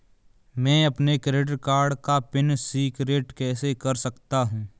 मैं अपने credit card का पिन रिसेट कैसे कर सकता हूँ?